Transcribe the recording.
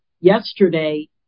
yesterday